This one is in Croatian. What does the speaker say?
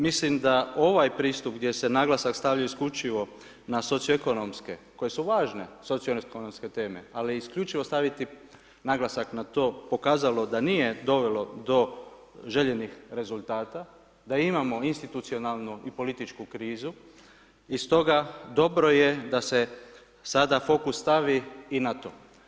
Mislim da ovaj pristup gdje se naglasak stavio uključivo na socioekonomske koji su važne socioekonomske teme, ali isključivo staviti naglasak na to, pokazalo da nije dovelo do željenih rezultata, da imamo institucionalnu i političku krizu i stoga, dobro je da se sada fokus stavi i na to.